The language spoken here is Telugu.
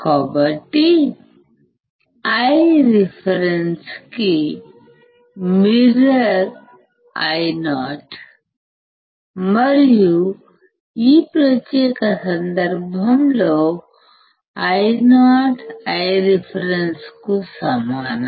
కాబట్టి Ireference కి మిర్రర్ Io మరియు ఈ ప్రత్యేక సందర్భంలో Io Ireferenceకు సమానం